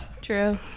True